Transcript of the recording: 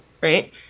right